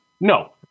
no